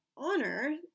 Honor